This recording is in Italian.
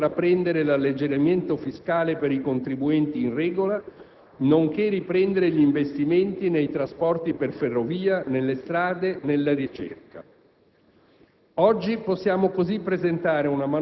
Grazie a questi due successi abbiamo potuto intraprendere l'alleggerimento fiscale per i contribuenti in regola nonché riprendere gli investimenti nei trasporti per ferrovia, nelle strade, nella ricerca.